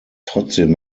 trotzdem